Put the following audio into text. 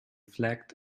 flagged